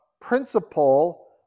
principle